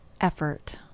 effort